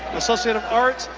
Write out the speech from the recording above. associate of arts,